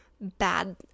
bad